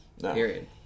Period